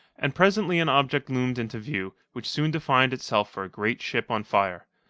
and presently an object loomed into view, which soon defined itself for a great ship on fire.